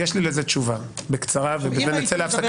יש לי לזה תשובה, בקצרה ואחר כך נצא להפסקה.